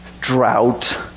drought